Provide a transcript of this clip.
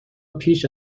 پیش